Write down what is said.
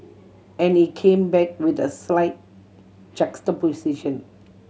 and he came back with a slight juxtaposition